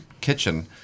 kitchen